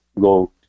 go